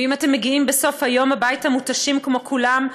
ואם אתם מגיעים בסוף היום הביתה מותשים כמו כולם,